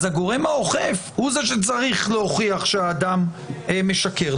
אז הגורם האוכף הוא זה שצריך להוכיח שהאדם משקר,